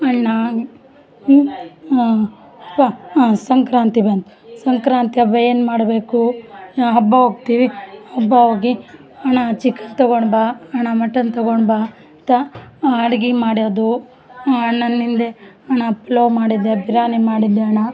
ಅಣ್ಣ ಸಂಕ್ರಾಂತಿ ಬಂತು ಸಂಕ್ರಾಂತಿ ಹಬ್ಬ ಏನು ಮಾಡಬೇಕು ಹಬ್ಬ ಹೋಗ್ತಿವಿ ಹಬ್ಬ ಹೋಗಿ ಅಣ್ಣ ಚಿಕನ್ ತಗೊಂಡು ಬಾ ಅಣ್ಣ ಮಟನ್ ತಗೊಂಡು ಬಾ ಅಂತಾ ಅಡುಗೆ ಮಾಡೋದು ಅಣ್ಣನಿಂದೆ ಅಣ್ಣ ಪಲಾವ್ ಮಾಡಿದ್ದೆ ಬಿರಿಯಾನಿ ಮಾಡಿದ್ದೆ ಅಣ್ಣ